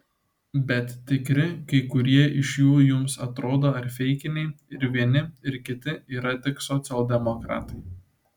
bet tikri kai kurie iš jų jums atrodo ar feikiniai ir vieni ir kiti yra tik socialdemokratai